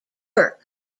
work